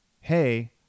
Hey